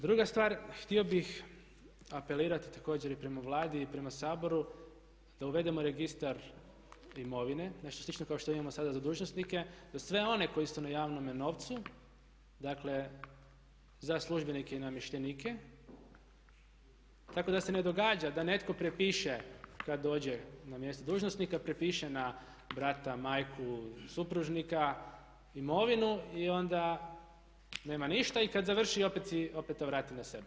Druga stvar htio bih apelirati također i prema Vladi i prema Saboru da uvedemo registar imovine, nešto slično kao što imamo sada za dužnosnike, da sve one koji su na javnome novcu, dakle za službenike i namještenike tako da se ne događa da netko prepiše kad dođe na mjesto dužnosnika prepiše na brata, majku, supružnika imovinu i onda nema ništa i kad završi opet to vrati na sebe.